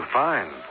fine